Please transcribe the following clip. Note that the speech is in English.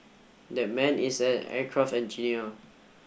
that man is an aircraft engineer